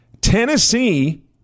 Tennessee